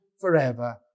forever